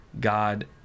God